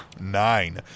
Nine